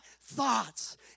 Thoughts